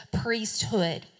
priesthood